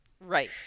Right